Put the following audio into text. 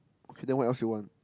okay then what else you want